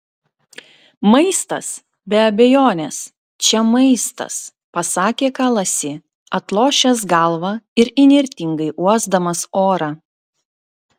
maistas be abejonės čia maistas pasakė kalasi atlošęs galvą ir įnirtingai uosdamas orą